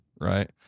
right